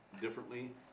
differently